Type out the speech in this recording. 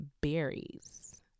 berries